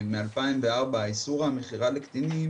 מרישוי עסקים איך אפשר שהם ייכנסו למנגנון,